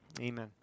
amen